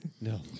No